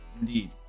Indeed